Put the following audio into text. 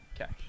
Okay